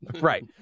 Right